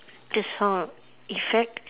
the sound effect